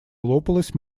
лопалась